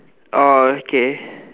oh okay